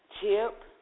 Chip